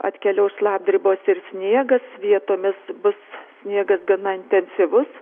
atkeliaus šlapdribos ir sniegas vietomis bus sniegas gana intensyvus